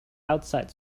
outside